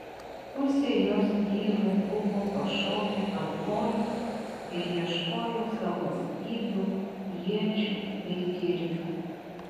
pusė jos vyrų buvo pašokę ant kojų ir ieškojo savo skydų iečių bei kirvių